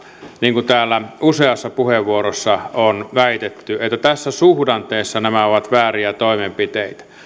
niin kuin täällä useassa puheenvuorossa on väitetty että tässä suhdanteessa nämä ovat vääriä toimenpiteitä